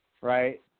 right